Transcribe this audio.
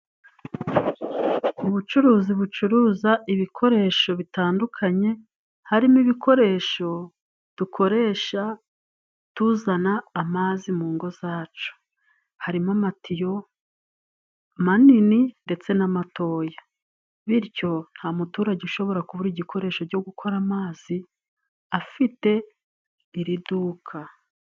Ubucuruzi bucuruza ibikoresho bitandukanye harimo ibikoresho dukoresha tuzana amazi mungo zacu harimo amatiyo manini ndetse n'amatoya bityo nta muturage ushobora kubura igikoresho cyo gukora amazi afite iri duka.